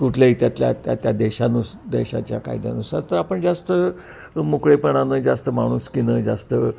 कुठल्याही त्यातल्या त्या देशानुसार देशाच्या कायद्यानुसार तर आपण जास्त मोकळेपणानं जास्त माणुसकीनं जास्त